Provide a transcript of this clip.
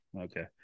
Okay